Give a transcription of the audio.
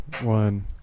one